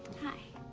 hi.